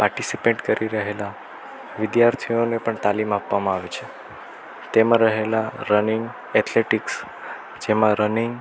participate કરી રહેલાં વિદ્યાર્થીઓને પણ તાલીમ આપવામાં આવે છે તેમા રહેલાં રનિંગ એથ્લેટિકસ જેમાં રનિંગ